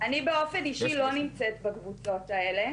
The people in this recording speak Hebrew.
אני באופן אישי לא נמצאת בקבוצות האלה,